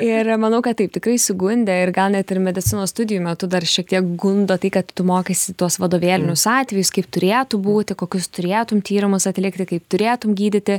ir manau kad taip tikrai sugundė ir gal net ir medicinos studijų metu dar šiek tiek gundo tai kad tu mokaisi tuos vadovėlinius atvejus kaip turėtų būti kokius turėtum tyrimus atlikti kaip turėtum gydyti